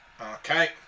Okay